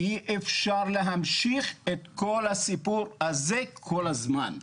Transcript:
אי אפשר להמשיך את כל הסיפור הזה כל הזמן.